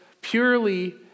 purely